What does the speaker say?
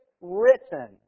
written